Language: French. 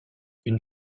une